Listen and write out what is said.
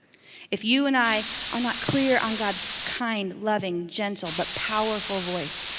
if you and i are not clear on god's kind, loving, gentle but powerful voice,